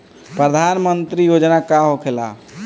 प्रधानमंत्री योजना का होखेला?